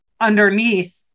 underneath